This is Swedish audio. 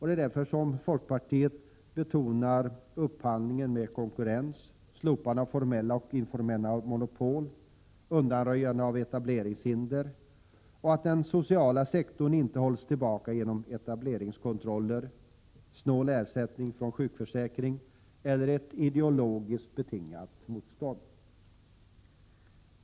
Det är därför som folkpartiet betonar upphandlingen med konkurrens, slopande av formella och informella monopol, undanröjande av etableringshinder samt att den sociala sektorn inte hålls tillbaka genom etableringskontroller, snål ersättning från sjukförsäkringen eller ett ideologiskt betingat motstånd.